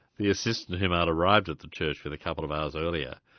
the assistant whom i'd arrived at the church with a couple of hours earlier,